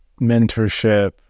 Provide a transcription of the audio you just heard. mentorship